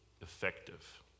effective